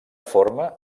forma